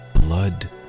blood